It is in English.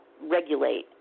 regulate